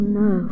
no